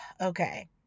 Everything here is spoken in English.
Okay